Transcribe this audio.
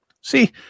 See